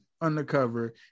undercover